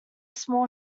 small